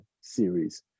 series